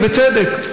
ובצדק.